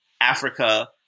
africa